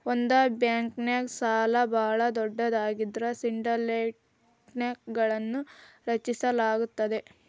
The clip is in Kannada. ಒಂದ ಬ್ಯಾಂಕ್ಗೆ ಸಾಲ ಭಾಳ ದೊಡ್ಡದಾಗಿದ್ರ ಸಿಂಡಿಕೇಟ್ಗಳನ್ನು ರಚಿಸಲಾಗುತ್ತದೆ